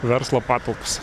verslo patalpos